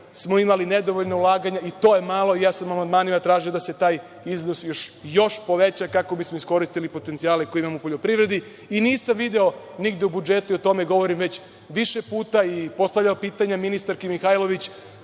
smo imali nedovoljna ulaganja i to je malo, i ja sam amandmanima tražio da se taj iznos još više poveća kako bismo iskoristili potencijale koje imamo u poljoprivredi. Nisam video nigde u budžetu, a o tome govorim već više puta, i postavljao pitanje ministarki Mihajlović,